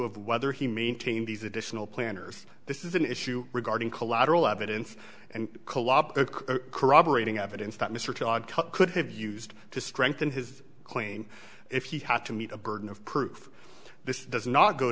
of whether he maintained these additional planners this is an issue regarding collateral evidence and kolob corroborating evidence that mr tague could have used to strengthen his claim if he had to meet a burden of proof this does not go